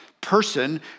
person